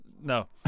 no